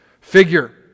figure